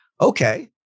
Okay